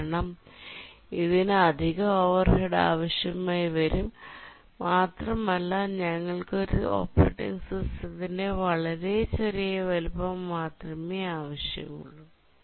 കാരണം ഇതിന് അധിക ഓവർഹെഡ് ആവശ്യമായി വരും മാത്രമല്ല ഞങ്ങൾക്ക് ഒരു ഓപ്പറേറ്റിംഗ് സിസ്റ്റത്തിന്റെ വളരെ ചെറിയ വലുപ്പം മാത്രമേ ആവശ്യമുള്ളൂ